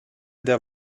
der